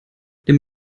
dem